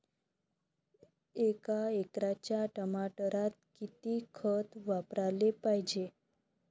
एका एकराच्या टमाटरात किती खत वापराले पायजे?